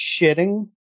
Shitting